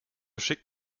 schickt